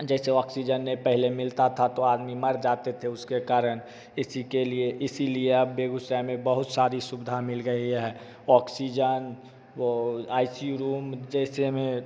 जैसे ऑक्सीजन नहीं पहले मिलता था तो आदमी मर जाते थे उसके कारण इसी के लिए इसीलिए अब बेगूसराय में बहुत सारी सुविधा मिल गई है ऑक्सीजन वो आई सी यू रूम जैसे में